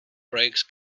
breaks